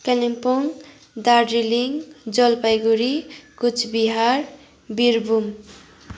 Kalimpong Darjeeling Jalpaiguri Cooch Behar Birbhum